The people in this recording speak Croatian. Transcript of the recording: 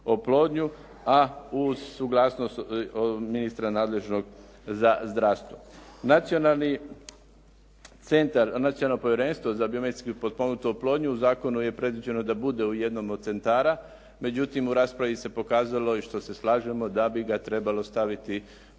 a uz suglasnost ministra nadležnog za zdravstvo. Nacionalni centar, Nacionalno povjerenstvo za biomedicinski potpomognutu oplodnju u zakonu je predviđeno da bude u jednom od centara, međutim u raspravi se pokazalo i što se slažemo da bi ga trebalo staviti u